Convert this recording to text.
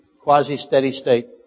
quasi-steady-state